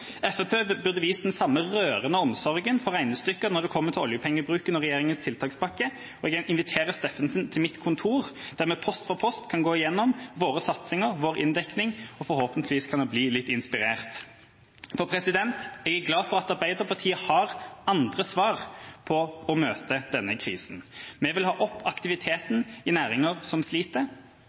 burde vist den samme rørende omsorgen for regnestykker når det gjelder oljepengebruken og regjeringas tiltakspakke, og jeg inviterer Steffensen til mitt kontor, der vi post for post kan gå gjennom våre satsinger og vår inndekning, og forhåpentligvis kan han bli litt inspirert. Jeg er glad for at Arbeiderpartiet har andre svar for å møte denne krisen. Vi vil ha opp aktiviteten i næringer som sliter.